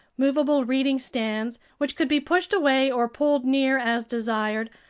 movable reading stands, which could be pushed away or pulled near as desired,